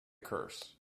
curse